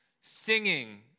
singing